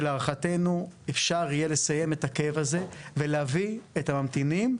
שלהערכתנו יהיה אפשר לסיים את הכאב הזה ולהביא את הממתינים,